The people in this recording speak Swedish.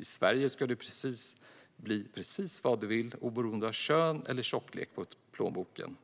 I Sverige ska man kunna bli precis vad man vill, oberoende av kön eller tjocklek på plånboken.